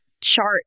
chart